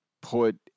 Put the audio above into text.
put